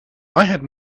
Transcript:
had